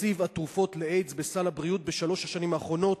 בתקציב התרופות לאיידס בסל הבריאות בשלוש השנים האחרונות,